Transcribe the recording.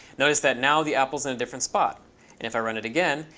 notice that now the apple's in a different spot. and if i run it again,